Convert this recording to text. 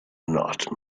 not